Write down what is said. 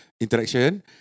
Interaction